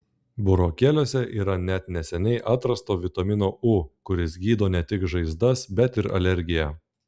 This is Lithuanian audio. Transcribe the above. burokėliuose yra net neseniai atrasto vitamino u kuris gydo ne tik žaizdas bet ir alergiją